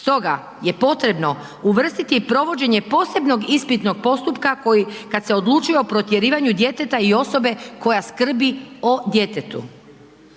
Stoga je potrebno uvrstiti provođenje posebnog ispitnog postupka, koji, kad se odlučuje o protjerivanju djeteta i osobe koja skrbi o djetetu.